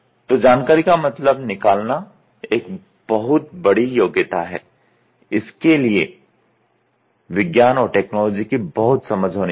तो जानकारी का मतलब निकालना एक बहुत बड़ी योग्यता है इसके लिए विज्ञान और टेक्नोलॉजी की बहुत समझ होनी चाहिए